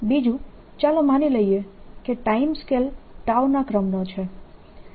બીજું ચાલો માની લઈએ કે ટાઇમ સ્કેલ ના ક્રમનો છે